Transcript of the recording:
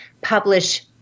publish